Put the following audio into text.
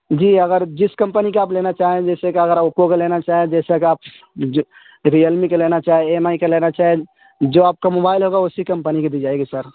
جی اگر جس کمپنی کا آپ لینا چاہیں جیسے کہ اگر اوپپو کا لینا چاہیں جیسے کہ آپ ریئل می کا لینا چاہے ای ایم آئی کا لینا چاہے جو آپ کا موبائل ہوگا اسی کمپنی کی دی جائے گی سر